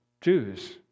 Jews